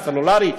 סלולרי,